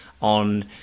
on